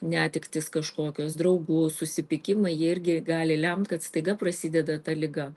netektys kažkokios draugų susipykimai jie irgi gali lemt kad staiga prasideda ta liga